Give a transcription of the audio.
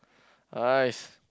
!hais!